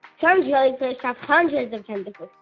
yeah um jellyfish have hundreds of tentacles,